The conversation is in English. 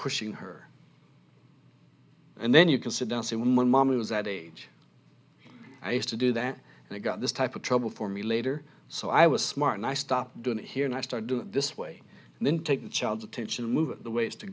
pushing her and then you can sit down so when when mommy was at age i used to do that and i got this type of trouble for me later so i was smart and i stop doing it here and i started doing this way and then take the child's attention and move it the way is to